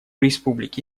республики